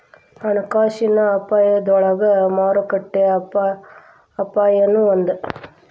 ಹಣಕಾಸಿನ ಅಪಾಯದೊಳಗ ಮಾರುಕಟ್ಟೆ ಅಪಾಯನೂ ಒಂದ್